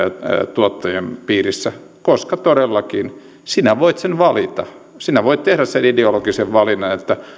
tuottajien piirissä koska todellakin sinä voit sen valita sinä voit tehdä sen ideologisen valinnan että